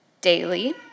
daily